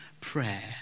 prayer